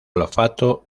olfato